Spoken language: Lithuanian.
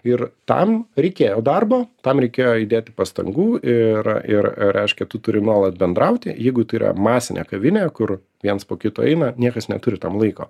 ir tam reikėjo darbo tam reikėjo įdėti pastangų ir ir reiškia tu turi nuolat bendrauti jeigu tai yra masinė kavinė kur viens po kito eina niekas neturi tam laiko